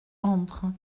entre